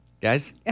Guys